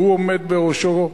שהוא עומד בראשו,